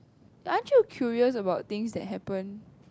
I'll feel curious about things that happened